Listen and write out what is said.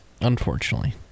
Unfortunately